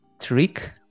Trick